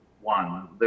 one